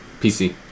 PC